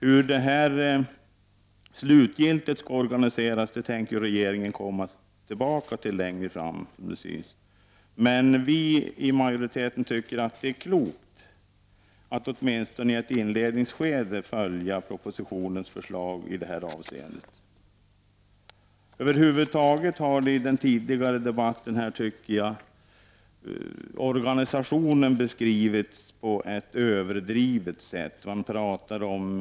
Hur detta slutgiltigt skall organiseras synes regeringen ha för avsikt att återkomma till längre fram. Vi i majoriteten anser att det är klokt att åtminstone i ett inledningsskede följa propositionens förslag i detta avseende. Jag tycker att organisationen över huvud taget har beskrivits på ett överdrivet sätt under på den tidigare debatten.